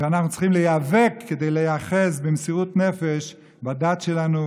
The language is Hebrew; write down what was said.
ואנחנו צריכים להיאבק כדי להיאחז במסירות נפש בדת שלנו,